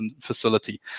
facility